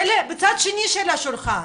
צד השני של השולחן